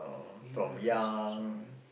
favourite restaurant